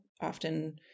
often